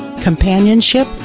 companionship